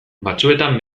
batzuetan